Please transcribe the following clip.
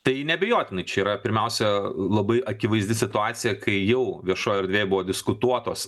tai neabejotinai čia yra pirmiausia labai akivaizdi situacija kai jau viešojoj erdvėj buvo diskutuotos